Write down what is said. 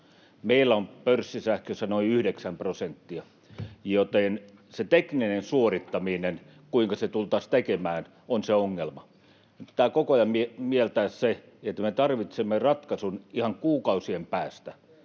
Meillä on pörssisähkössä noin yhdeksän prosenttia, [Mika Niikko: Ei kauan!] joten se tekninen suorittaminen, kuinka se tultaisiin tekemään, on se ongelma. Pitää koko ajan mieltää se, että me tarvitsemme ratkaisun ihan kuukausien päästä.